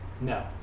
no